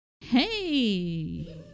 Hey